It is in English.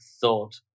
thought